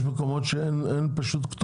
יש מקומות שאפילו אין כתובות.